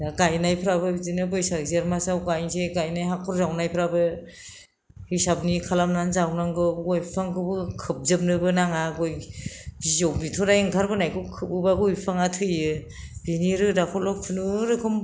दा गायनायफ्राबो बिदिनो बैसाग जेथ मासाव गायनोसै गायनो हाखर जावनायफ्राबो हिसाबनि खालामनानै जावनांगौ गय बिफांखौबो खोबजोबनोबो नाङा बिजौ बिथ'राइ ओंखारबोनायखौबो बबेबा गय बिफाङा थैयो बिनि रोदाखौल' खुनुरुखम